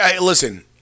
Listen